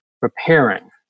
preparing